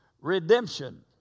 redemption